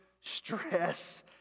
stress